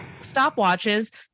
stopwatches